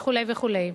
וכו' וכו'.